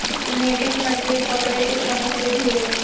netting मछली पकडे के प्रमुख विधि हइ